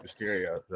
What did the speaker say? Mysterio